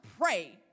Pray